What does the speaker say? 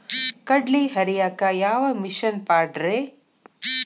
ಕಡ್ಲಿ ಹರಿಯಾಕ ಯಾವ ಮಿಷನ್ ಪಾಡ್ರೇ?